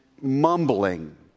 mumbling